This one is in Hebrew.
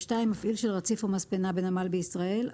מפעיל של רציף או מספנה בנמל בישראל,